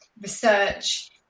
research